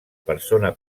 persona